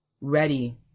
ready